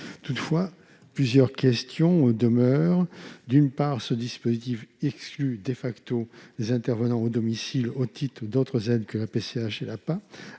Toutefois, plusieurs questions demeurent. D'une part, ce dispositif exclut les intervenants à domicile au titre d'autres aides que la prestation